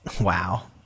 Wow